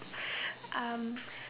um